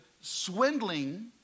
swindling